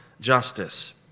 justice